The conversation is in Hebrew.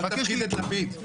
אל תפחיד את לפיד.